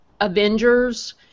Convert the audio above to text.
Avengers